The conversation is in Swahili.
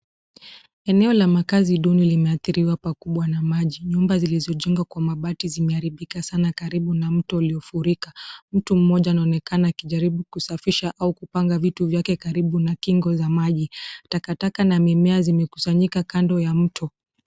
Eneo la makazi duni limeadhiriwa pakubwa na maji. Nyumba zilizojengwa kwa mabati zimeharibika sana karibu na mto uliofurika. Mtu mmoja anaonekana akijaribu kusafisha au kupanga vitu vyake karibu na kingo za maji. Takataka na mimea zimekusanyika kando ya mto.